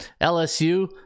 LSU